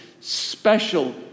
special